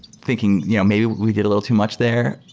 thinking you know maybe we did a little too much there,